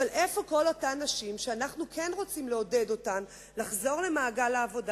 איפה כל אותן נשים שאנחנו כן רוצים לעודד אותן לחזור למעגל העבודה,